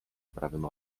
prawym